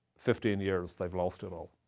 fifteen years, they've lost it all,